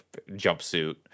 jumpsuit